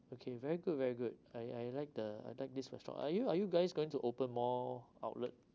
okay very good very good I I like the I like this restaurant are you are you guys going to open more outlet